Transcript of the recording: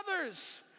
others